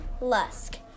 Lusk